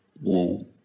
whoa